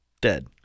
Dead